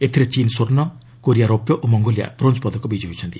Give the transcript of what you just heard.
ଏଥିରେ ଚୀନ୍ ସ୍ୱର୍ଣ୍ଣ କୋରିଆ ରୌପ୍ୟ ଓ ମଙ୍ଗୋଲିଆ ବ୍ରୋଞ୍ଜ ପଦକ ବିଜୟୀ ହୋଇଛନ୍ତି